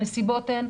הנסיבות הן,